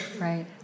Right